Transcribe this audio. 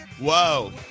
Whoa